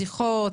שיחות,